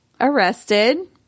arrested